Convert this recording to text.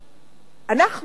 שאנחנו,